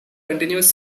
continuous